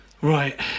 Right